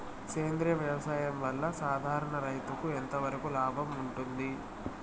సేంద్రియ వ్యవసాయం వల్ల, సాధారణ రైతుకు ఎంతవరకు లాభంగా ఉంటుంది?